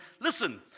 listen